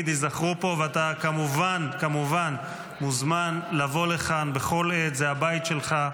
אתה כמובן מוזמן לבוא לכאן בכל עת, זה הבית שלך,